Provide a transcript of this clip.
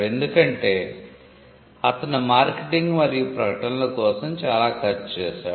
ఎందుకంటే అతను మార్కెటింగ్ మరియు ప్రకటనల కోసం చాలా ఖర్చు చేశాడు